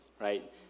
right